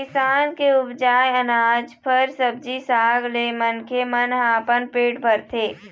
किसान के उपजाए अनाज, फर, सब्जी साग ले मनखे मन ह अपन पेट भरथे